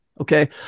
Okay